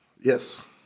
yes